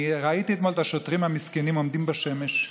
ראיתי אתמול את השוטרים המסכנים עומדים בשמש,